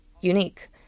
unique